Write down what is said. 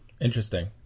Interesting